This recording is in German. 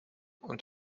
und